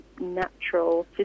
natural